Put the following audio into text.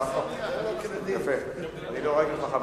אני לא ראיתי אותך,